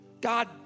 God